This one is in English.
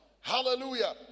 Hallelujah